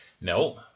No